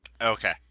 Okay